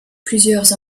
plusieurs